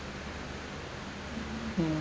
mm